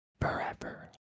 forever